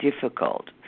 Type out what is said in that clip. difficult